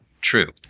true